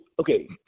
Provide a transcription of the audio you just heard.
okay